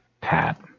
Pat